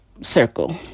circle